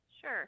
Sure